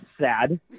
sad